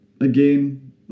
again